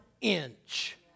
inch